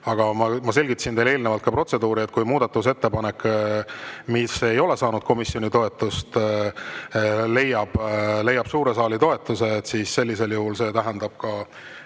Aga ma selgitasin teile eelnevalt protseduuri. Kui muudatusettepanek, mis ei ole saanud komisjoni toetust, leiab suure saali toetuse, siis sellisel juhul see tähendab ka